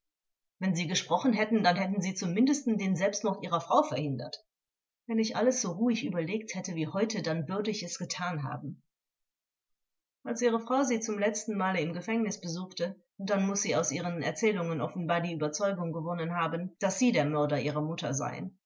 wenn sie gesprochen hätten dann hätten sie zum mindesten den selbstmord ihrer frau verhindert angekl wenn ich alles so ruhig überlegt hätte wie heute dann würde ich es getan haben vors als ihre frau sie zum letzten male im gefängnis besuchte dann muß sie aus ihren erzählungen offenbar die überzeugung gewonnen haben daß sie der mörder ihrer mutter seien